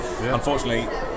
Unfortunately